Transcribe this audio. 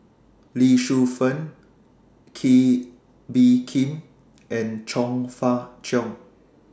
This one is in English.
Lee Shu Fen Kee Bee Khim and Chong Fah Cheong